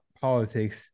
politics